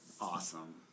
Awesome